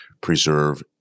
preserve